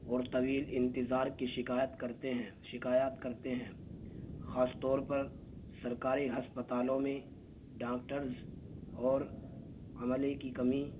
اور طویل انتظار کی شکایت کرتے ہیں شکایات کرتے ہیں خاص طور پر سرکاری ہسپتالوں میں ڈاکٹرز اور عملے کی کمی